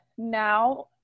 now